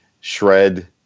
shred